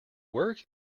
work